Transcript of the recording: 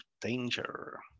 danger